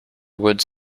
woods